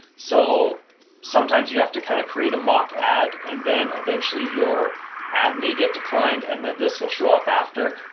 so sometimes you have to kind of create a mock ad and then eventually your ad may get declined and then this'll show up after.